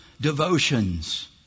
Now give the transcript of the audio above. devotions